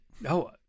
no